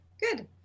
good